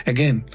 Again